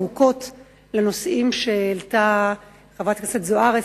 ארוכות לנושאים שהעלתה חברת הכנסת זוארץ.